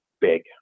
big